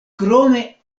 krome